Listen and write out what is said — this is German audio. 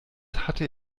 hatte